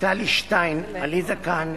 טלי שטיין, עליזה קן,